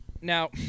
now